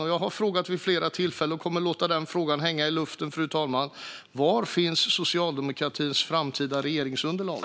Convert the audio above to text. Jag har ställt frågan vid flera tillfällen, och jag kommer att låta följande fråga hänga i luften, fru talman: Var finns socialdemokratins framtida regeringsunderlag?